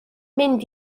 mynd